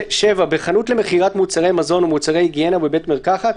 "(7)בחנות למכירת מוצרי מזון או מוצרי היגיינה ובבית מרקחת,